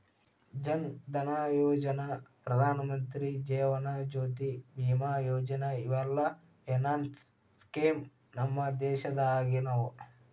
ಜನ್ ಧನಯೋಜನಾ, ಪ್ರಧಾನಮಂತ್ರಿ ಜೇವನ ಜ್ಯೋತಿ ಬಿಮಾ ಯೋಜನಾ ಇವೆಲ್ಲ ಫೈನಾನ್ಸ್ ಸ್ಕೇಮ್ ನಮ್ ದೇಶದಾಗಿನವು